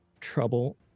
trouble